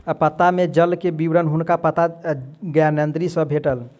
पत्ता में जल के विवरण हुनका पत्ता ज्ञानेंद्री सॅ भेटल